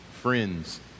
friends